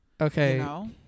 Okay